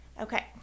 okay